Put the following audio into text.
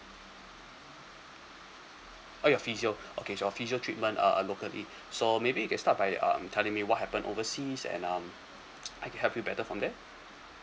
oh your physio okay your physio treatment uh uh locally so maybe you can start by um telling me what happened overseas and um I can help you better from there